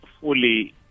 fully